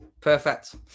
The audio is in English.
Perfect